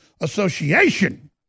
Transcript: association